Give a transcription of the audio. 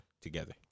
together